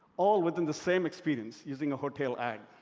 all within the same experience using a hotel ad.